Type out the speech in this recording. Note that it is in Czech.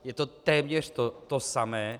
Je to téměř to samé.